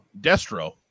Destro